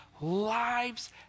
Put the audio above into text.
lives